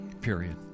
period